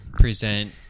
present